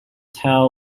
tail